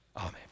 Amen